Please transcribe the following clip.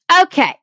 Okay